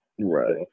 right